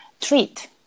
treat